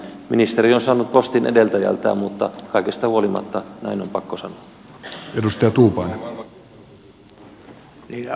ministeri on saanut postin edeltäjältään mutta kaikesta huolimatta näin on pakko sanoa